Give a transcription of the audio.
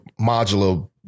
modular